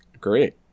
Great